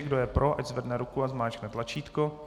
Kdo je pro, ať zvedne ruku a zmáčkne tlačítko.